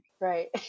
right